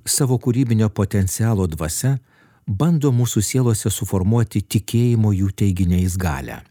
savo kūrybinio potencialo dvasia bando mūsų sielose suformuoti tikėjimo jų teiginiais galią